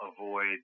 avoid